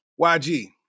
YG